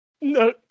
no